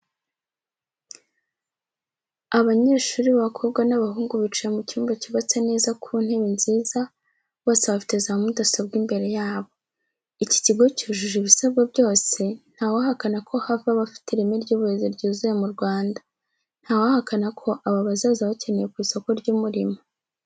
Abanyeshuri b'abakobwa n'abahungu bicaye mu cyumba cyubatse neza ku ntebe nziza bose bafite za mudasobwa imbere yabo. Iki kigo cyujuje ibisabwa byose ntawahakana ko hava abafite ireme ry'uburezi ryuzuye mu Rwanda. Ntawahakana ko aba bazaza bakenewe ku isoko ry'umurimo.